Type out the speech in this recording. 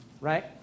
right